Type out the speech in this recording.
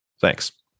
Thanks